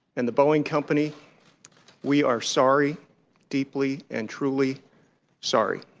and the boeing company we are sorry deeply and truly sorry